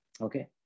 Okay